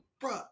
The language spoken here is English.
bro